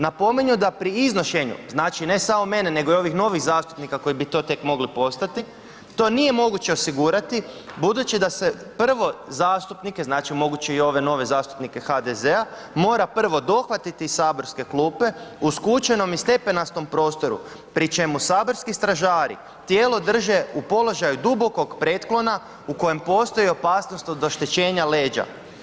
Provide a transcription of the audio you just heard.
Napominju da pri iznošenju, znači ne sam mene nego i ovih novih zastupnika koji bi to tek mogli postati, to nije moguće osigurati budući da se prvo zastupnike, znači moguće i ove nove zastupnike HDZ-a mora prvo dohvatiti iz saborske klupe u skučenom i stepenastom prostoru pri čemu saborski stražari tijelo drže u položaju dubokog pretklona u kojem postoji opasnost od oštećenja leđa.